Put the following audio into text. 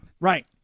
right